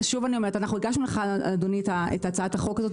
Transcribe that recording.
הגשנו לך את הצעת החוק הזו,